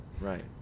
right